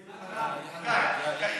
זה חגי,